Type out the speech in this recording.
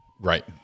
Right